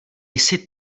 jsi